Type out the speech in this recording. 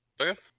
okay